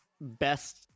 best